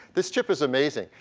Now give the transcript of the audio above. this chip is amazing.